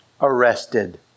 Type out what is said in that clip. arrested